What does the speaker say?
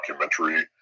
documentary